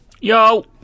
Yo